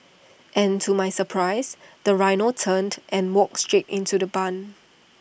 and to my surprise the rhino turned and walked straight into the barn